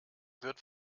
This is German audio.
wird